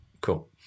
cool